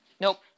Nope